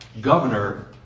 governor